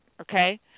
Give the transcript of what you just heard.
okay